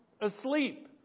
asleep